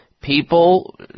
people